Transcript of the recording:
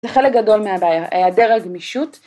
‫זה חלק גדול מהיעדר הגמישות.